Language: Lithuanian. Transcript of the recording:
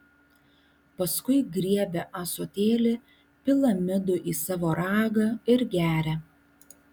paskui griebia ąsotėlį pila midų į savo ragą ir geria